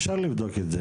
אפשר לבדוק את זה.